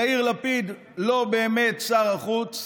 יאיר לפיד לא באמת שר החוץ,